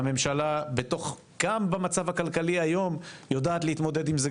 והממשלה גם במצב הכלכלי של היום יודעת להתמודד עם זה,